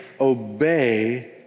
obey